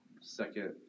second